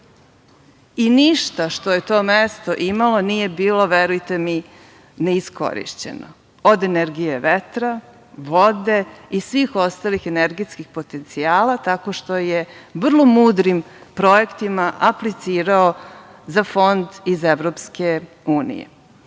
i ništa što je to mesto imalo nije bilo, verujte mi, neiskorišćeno, od energije vetra, vode i svih ostalih energetskih potencijala, tako što je vrlo mudrim projektima, aplicirao za fond iz EU.Tu